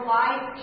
life